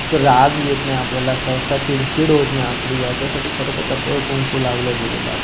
राग येत नाही आपल्याला असं सहसा चिडचिड होत नाही आपली ह्याच्यासाठी खरतर कपाळावर कुंकू लावलं गेलेलं असतं